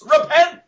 Repent